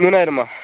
மூணாயிரமா